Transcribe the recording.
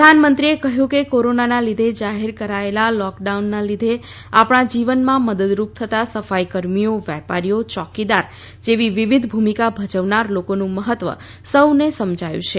પ્રધાનમંત્રીએ કહ્યું કે કોરોનાના લીધે જાહેર કરાયેલા લોકડાઉનના લીધે આપણા જીવનમાં મદદરૂપ થતાં સફાઇ કર્મીઓ વેપારીઓ ચોકીદાર જેવી વિવિધ ભૂમિકા ભજવનાર લોકોનું મહત્વ સહ્ને સમજાવ્યું છે